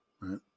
right